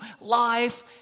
life